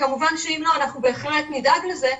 וכמובן שאם לא, אנחנו בהחלט נדאג לזה.